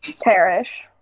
Perish